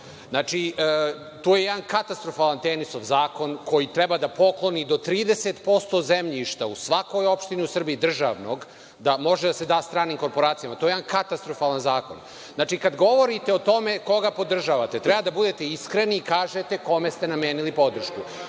Znači, to je jedan katastrofalan Tenisov zakon koji treba da pokloni do 30% zemljišta u svakoj opštini u Srbiji, državnog, da može da se da stranim korporacijama. To je jedan katastrofalan zakona. Znači, kad govorite o tome koga podržavate, treba da budete iskreni i kažete kome ste namenili podršku.